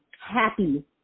happy